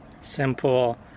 simple